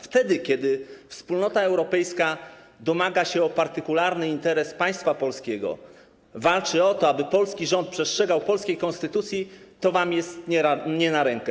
Wtedy kiedy Wspólnota Europejska domaga się ochrony partykularnego interesu państwa polskiego, walczy o to, aby polski rząd przestrzegał polskiej konstytucji, to wam jest nie na rękę.